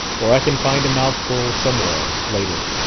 or i can find a mouthful somewhere, later.